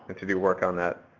to be worked on that.